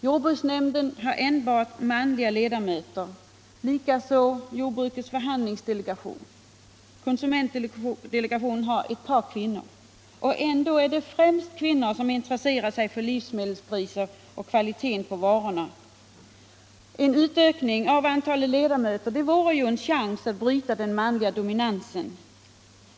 Jordbruksnämnden har enbart manliga ledamöter, likaså jordbrukets förhandlingsdelegation, konsumentdelegationen har ett par kvinnor. Och ändå är det främst kvinnor som intresserar sig för livsmedelspriser och kvaliteten på varorna. En utökning av antalet ledamöter i jordbruksnämnden vore ju en chans att bryta den manliga dominansen.